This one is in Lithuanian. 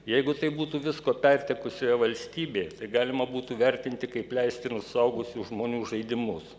jeigu tai būtų visko pertekusioje valstybėj tai galima būtų vertinti kaip leistinus suaugusių žmonių žaidimus